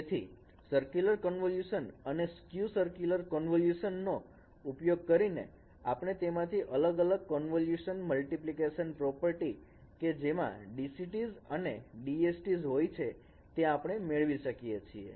તેથી circular convolution અને "skew" circular convolution નો ઉપયોગ કરીને આપણે તેમાંથી અલગ અલગ કન્વોલ્યુશન મલ્ટીપ્લિકેશન પ્રોપર્ટી કે જેમાં DCTs અને DSTs હોય છે તે આપણે મેળવી શકીએ છીએ